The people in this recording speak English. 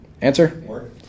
Answer